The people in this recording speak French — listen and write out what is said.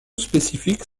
spécifique